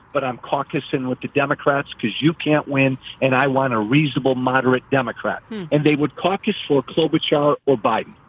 but i'm caucusing with the democrats democrats because you can't win. and i want a reasonable moderate democrat and they would caucus for colebatch out or biden.